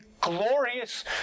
glorious